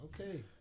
Okay